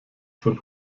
von